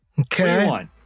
okay